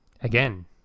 again